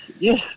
Yes